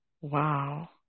Wow